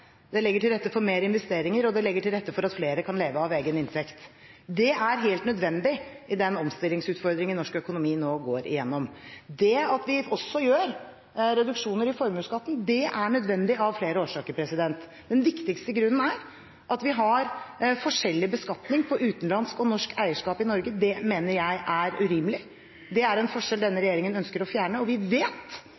det legger til rette for mer investeringer, og det legger til rette for at flere kan leve av egen inntekt. Det er helt nødvendig i den omstillingsutfordringen norsk økonomi nå går igjennom. Det at vi også gjør reduksjoner i formuesskatten, er nødvendig av flere årsaker. Den viktigste grunnen er at vi har forskjellig beskatning på utenlandsk og norsk eierskap i Norge. Det mener jeg er urimelig. Det er en forskjell denne